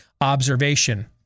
observation